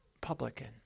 publican